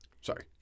Sorry